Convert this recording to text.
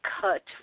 cut